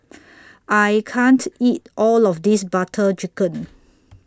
I can't eat All of This Butter Chicken